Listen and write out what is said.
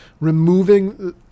removing